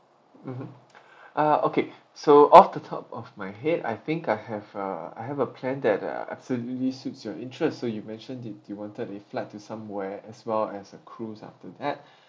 mmhmm ah okay so off the top of my head I think I have a I have a plan that uh absolutely suits your interest so you mentioned that you wanted a flight to somewhere as well as a cruise after that